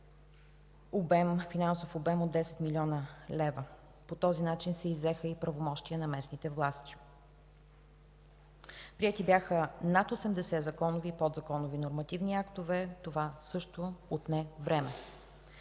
финансов обем от 10 млн. лв. По този начин се иззеха и правомощия на местните власти. Приети бяха над 80 законови и подзаконови нормативни актове. Това също отне време.